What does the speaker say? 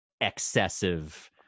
excessive